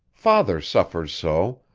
father suffers so,